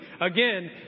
again